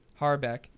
Harbeck